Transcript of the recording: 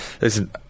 Listen